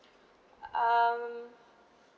um